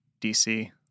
DC